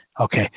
Okay